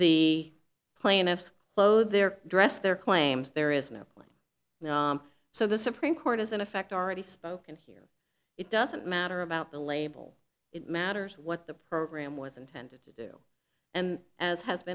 the plaintiffs blow their dress their claims there is no one so the supreme court is in effect already spoken here it doesn't matter about the label it matters what the program was intended to do and as has